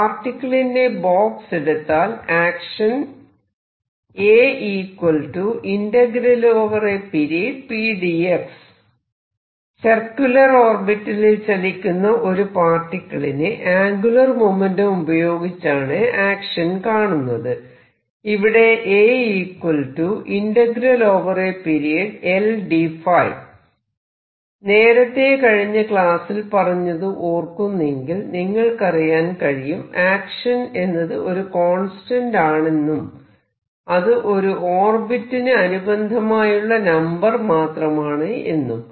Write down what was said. particle in a box എടുത്താൽ action circular ഓർബിറ്റലിൽ ചലിക്കുന്ന ഒരു പാർട്ടിക്കിളിന് ആംഗുലാർ മൊമെന്റം ഉപയോഗിച്ചാണ് ആക്ഷൻ കാണുന്നത് ഇവിടെ നേരത്തെ കഴിഞ്ഞ ക്ലാസ്സിൽ പറഞ്ഞത് ഓർക്കുന്നെങ്കിൽ നിങ്ങൾക്കറിയാൻ കഴിയും ആക്ഷൻ എന്നത് ഒരു കോൺസ്റ്റന്റ് ആണ് എന്നും അത് ഒരു ഓർബിറ്റിനു അനുബന്ധമായുള്ള നമ്പർ മാത്രമാണ് എന്നും